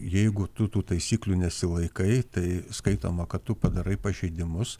jeigu tu tų taisyklių nesilaikai tai skaitoma kad tu padarai pažeidimus